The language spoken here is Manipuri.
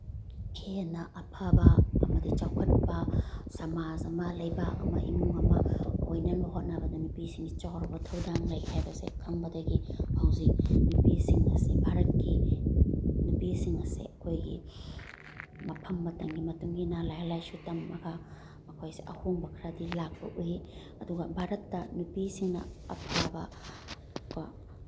ꯍꯦꯟꯅ ꯑꯐꯕ ꯑꯃꯗꯤ ꯆꯥꯎꯈꯠꯄ ꯁꯃꯥꯖ ꯑꯃ ꯂꯩꯕꯥꯛ ꯑꯃ ꯏꯃꯨꯡ ꯑꯃ ꯑꯣꯏꯅꯅꯕ ꯍꯣꯠꯅꯕꯗ ꯅꯨꯄꯤꯁꯤꯡꯒꯤ ꯆꯥꯎꯔꯕ ꯊꯧꯗꯥꯡ ꯂꯩ ꯍꯥꯏꯕꯁꯦ ꯈꯪꯕꯗꯒꯤ ꯍꯧꯖꯤꯛ ꯅꯨꯄꯤꯁꯤꯡ ꯑꯁꯦ ꯚꯥꯔꯠꯀꯤ ꯅꯨꯄꯤꯁꯤꯡ ꯑꯁꯦ ꯑꯩꯈꯣꯏꯒꯤ ꯃꯐꯝ ꯃꯇꯝꯒꯤ ꯃꯇꯨꯡ ꯏꯟꯅ ꯂꯥꯏꯔꯤꯛ ꯂꯥꯏꯁꯨ ꯇꯝꯃꯒ ꯃꯈꯣꯏꯁꯦ ꯑꯍꯣꯡꯕ ꯈꯔꯗꯤ ꯂꯥꯛꯄ ꯎꯏ ꯑꯗꯨꯒ ꯚꯥꯔꯠꯇ ꯅꯨꯄꯤꯁꯤꯡꯅ ꯑꯐꯕ ꯀꯣ